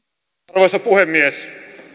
arvoisa puhemies